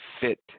fit